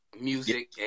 music